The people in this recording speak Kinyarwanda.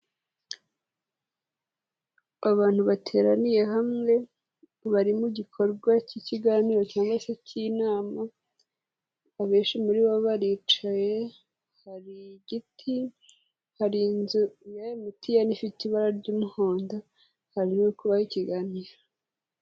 Abantu bateraniye hamwe, bari mu gikorwa cy'ikiganiro cyangwa se k'inama abenshi muri bo baricaye, hari igiti, hari inzu ya emutiyeni ifite ibara ry'umuhondo, hari n'uri kubaha ikiganiro.